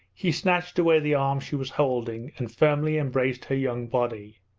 he snatched away the arm she was holding and firmly embraced her young body,